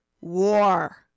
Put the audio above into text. war